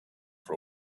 for